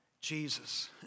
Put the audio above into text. Jesus